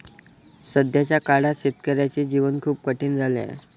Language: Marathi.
सध्याच्या काळात शेतकऱ्याचे जीवन खूप कठीण झाले आहे